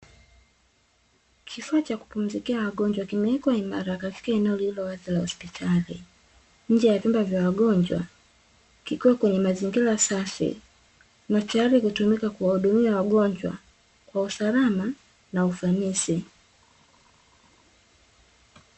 Kifaa cha kupumzikia wagonjwa kimewekwa imara, katika eneo lililowazi la hosipitali nje ya vyumba vya wagonjwa, kiko kwenye mazingira safi na tayari kutumika kuwahudumia wagonjwa kwa usalama na ufanisi.